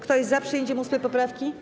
Kto jest za przyjęciem 8. poprawki?